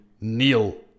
Neil